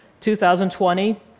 2020